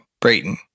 Brayton